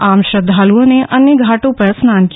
आम श्रदधालुओं ने अन्य घाटों पर स्नान किया